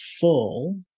full